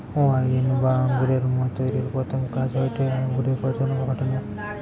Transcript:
wine বা আঙুরের মদ তৈরির প্রথম কাজ হয়টে আঙুরে পচন ঘটানা